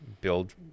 build